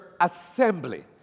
assembly